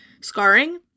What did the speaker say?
scarring